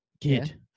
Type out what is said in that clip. kid